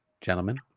Gentlemen